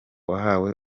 wahawe